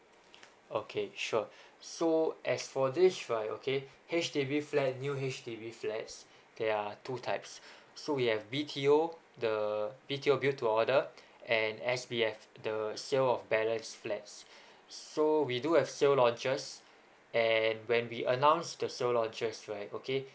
okay sure so as for this right okay H_D_B flat new H_D_B flats there are two types so we have B_T_O the B_T_O built to order and S_B_F the sale of balance flats so we do have sale launches and when we announce the sale launchers right okay